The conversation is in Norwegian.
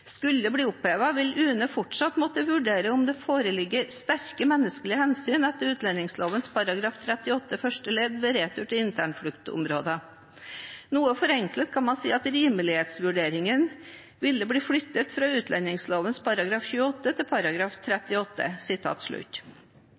skulle bli opphevet, vil UNE fortsatt måtte vurdere om det foreligger sterke menneskelige hensyn etter utlendingsloven § 38 første ledd ved retur til internfluktområder. Noe forenklet kan man si at rimelighetsvurderingen ville bli flyttet fra utlendingsloven § 28 femte ledd til